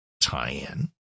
tie-in